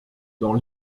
dans